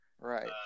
Right